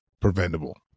preventable